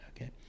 okay